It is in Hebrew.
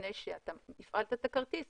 לפני שאתה הפעלת את הכרטיס,